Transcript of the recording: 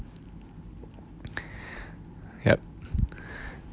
yup